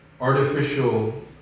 artificial